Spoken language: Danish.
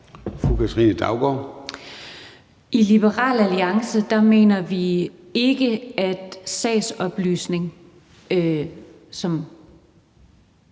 Katrine Daugaard (LA): I Liberal Alliance mener vi ikke, at sagsoplysningen, som